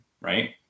Right